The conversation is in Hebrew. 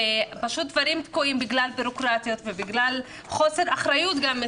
ופשוט דברים תקועים בגלל בירוקרטיות ובגלל חוסר אחריות גם,